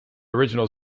original